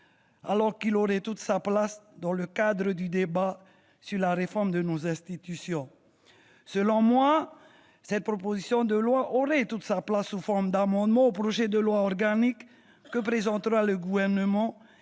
alors qu'il aurait toute sa place dans le cadre du débat sur la réforme de nos institutions. Selon moi, cette proposition de loi aurait sa place sous forme d'amendement au projet de loi organique que présentera le Gouvernement.